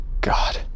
God